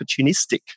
opportunistic